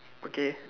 okay